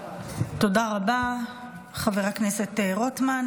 תודה רבה, חבר הכנסת רוטמן.